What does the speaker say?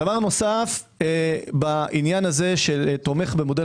דבר נוסף בעניין הזה שתומך במודל